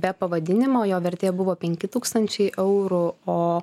be pavadinimo jo vertė buvo penki tūkstančiai eurų o